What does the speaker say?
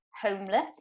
homeless